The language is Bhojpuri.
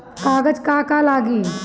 कागज का का लागी?